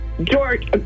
George